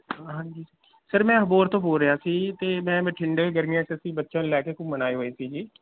ਹਾਂਜੀ ਸਰ ਮੈਂ ਅਬਹੋਰ ਤੋਂ ਬੋਲ ਰਿਹਾ ਸੀ ਅਤੇ ਮੈਂ ਬਠਿੰਡੇ ਗਰਮੀਆਂ 'ਚ ਅਸੀਂ ਬੱਚਿਆਂ ਨੂੰ ਲੈ ਕੇ ਘੁੰਮਣ ਆਏ ਹੋਏ ਸੀ ਜੀ